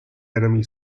enemy